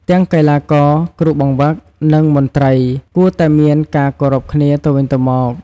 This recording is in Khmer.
ទាំងកីឡាករ គ្រូបង្វឹក និងមន្ត្រី កួរតែមានការគោរពគ្នាទៅវិញទៅមក។